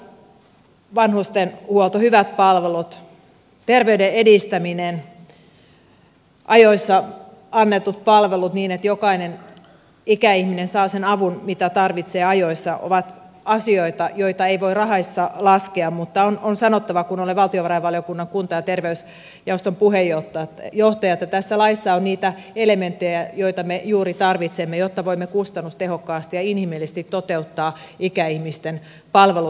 laadukas vanhustenhuolto hyvät palvelut terveyden edistäminen ajoissa annetut palvelut niin että jokainen ikäihminen saa sen avun mitä tarvitsee ajoissa ovat asioita joita ei voi rahassa laskea mutta on sanottava kun olen valtiovarainvaliokunnan kunta ja terveysjaoston puheenjohtaja että tässä laissa on niitä elementtejä joita me juuri tarvitsemme jotta voimme kustannustehokkaasti ja inhimillisesti toteuttaa ikäihmisten palvelut